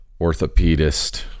orthopedist